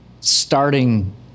starting